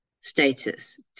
status